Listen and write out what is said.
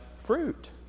fruit